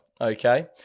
okay